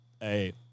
Hey